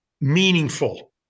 meaningful